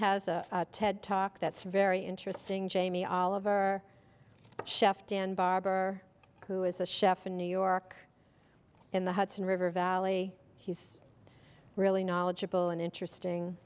has a ted talk that's very interesting jamie oliver chef dan barber who is a chef in new york in the hudson river valley he's really knowledgeable and interesting